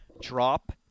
Drop